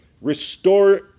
restore